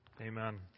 Amen